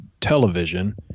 television